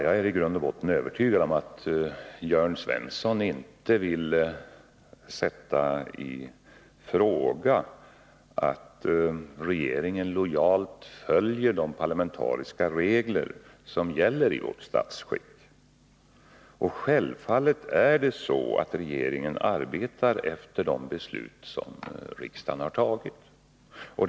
Jag är i grund och botten övertygad om att Jörn Svensson inte vill sätta i fråga att regeringen lojalt följer de parlamentariska regler som gäller i vårt statsskick. Och självfallet är det så att regeringen arbetar efter de beslut som riksdagen har fattat.